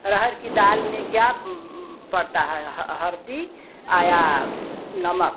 अरहर की दाल में क्या पड़ता है हलदी या नमक